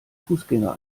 fußgänger